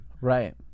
Right